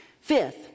Fifth